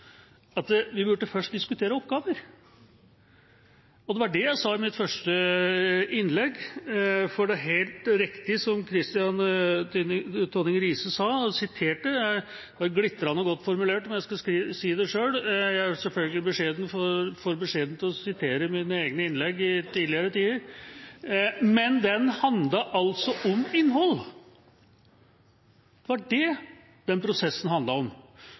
vi først burde diskutere oppgaver. Det var det jeg sa i mitt første innlegg. Det er helt riktig som Kristian Tonning Riise sa, han siterte en artikkel, og den var glitrende og godt formulert, om jeg skal si det selv. Jeg er selvfølgelig for beskjeden til å sitere mine egne innlegg fra tidligere tider, men den handlet om innhold, og det var det prosessen handlet om.